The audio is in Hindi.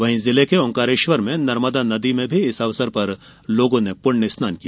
वहीं जिले के ओंकारेश्वर में नर्मदा नदी में भी इस अवसर पर लोगों ने पुण्य स्नान किया